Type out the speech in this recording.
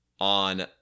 on